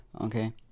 Okay